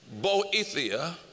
boethia